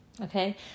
okay